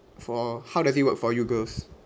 for how does it work for you girls